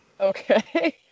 Okay